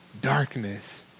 darkness